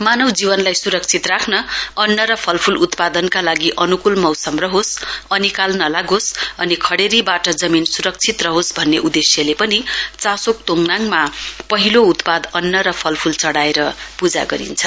मानव जीवनलाई सुरक्षित राख्न अन्न र फलफूल उत्पादनका लागि अनूकुल मौसम रहोस् अनिकाल नलागोस् अनि खड्डेरीबाट जमीन सुरक्षित रहोस् भन्ने उदेश्यले पनि चासोक तोङनाममा पहिलो उत्पाद अन्न र फलफूल चढ़ाएर पूजा गरिन्छ